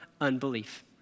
Unbelief